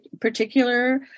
particular